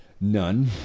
none